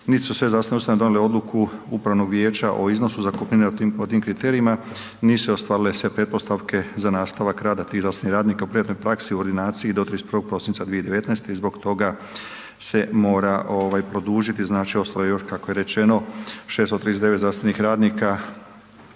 niti su sve zdravstvene ustanove donijele odluku upravnog vijeća o iznosu zakupnine o tim kriterijima nisu se ostvarile sve pretpostavke za nastavak rada tih zdravstvenih radnika u privatnoj praksi u ordinaciji do 31. prosinca 2019. i zbog toga se mora produžiti. Znači ostalo je još kako je rečeno 639 zdravstvenih radnika